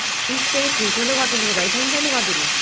piece चाहिँ ठुल्ठुलो गरिदिनु कि भाइ सानो सानो गरिदिनु